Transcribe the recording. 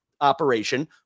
Operation